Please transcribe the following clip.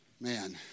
man